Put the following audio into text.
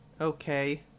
okay